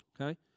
okay